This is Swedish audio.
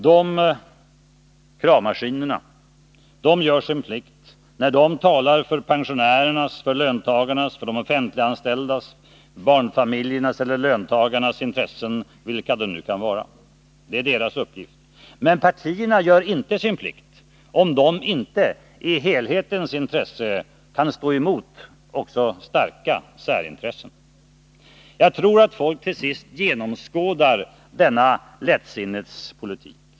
De gör sin plikt när de talar för pensionärernas, löntagarnas, de offentligt anställdas, barnfamiljernas eller löntagarnas intressen, vilka de nu kan vara — det är deras uppgift. Men partierna gör inte sin plikt om de inte i helhetens intresse kan stå emot också starka särintressen. Jag tror att folk till sist genomskådar denna lättsinnets politik.